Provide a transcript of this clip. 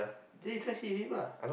then you try sit with him lah